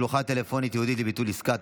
שלוחה טלפונית ייעודית לביטול עסקה),